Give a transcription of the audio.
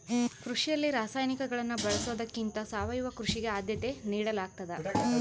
ಕೃಷಿಯಲ್ಲಿ ರಾಸಾಯನಿಕಗಳನ್ನು ಬಳಸೊದಕ್ಕಿಂತ ಸಾವಯವ ಕೃಷಿಗೆ ಆದ್ಯತೆ ನೇಡಲಾಗ್ತದ